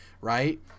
right